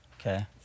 Okay